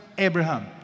Abraham